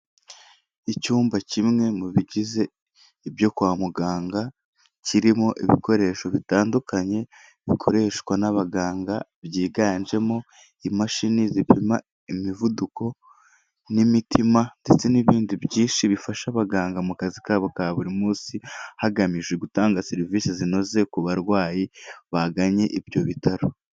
Icyumba kimwe mu bigize ibyo kwa muganga kirimo ibikoresho bitandukanye bikoreshwa n'abaganga byiganjemo imashini zipima imivuduko n'imitima ndetse n'ibindi byinshi bifasha abaganga mu kazi kabo ka buri munsi hagamijwe gutanga serivisi zinoze ku barwayi baganye ibyo bitaro.